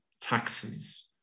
taxes